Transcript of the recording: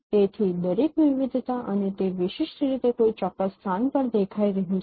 તેથી દરેક વિવિધતા અને તે વિશિષ્ટ રીતે કોઈ ચોક્કસ સ્થાન પર દેખાઈ રહી છે